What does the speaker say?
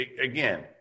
again